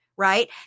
right